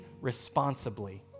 responsibly